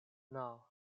naŭ